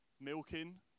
milking